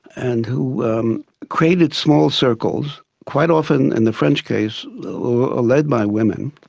and who created small circles, quite often in the french case ah led by women,